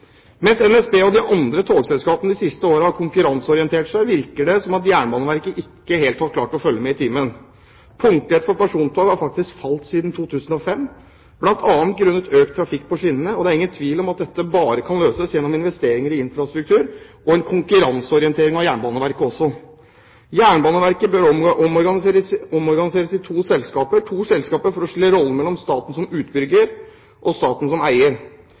Mens NSB og de andre togselskapene de siste årene har konkurranseorientert seg, virker det som om Jernbaneverket ikke helt har klart å følge med i timen. Punktligheten for persontog har faktisk falt siden 2005, bl.a. grunnet økt trafikk på skinnene, og det er ingen tvil om at dette bare kan løses gjennom investeringer i infrastruktur og en konkurranseorientering av Jernbaneverket. Jernbaneverket bør omorganiseres i to selskaper – to selskaper for å skille mellom rollene som staten som utbygger og staten som eier.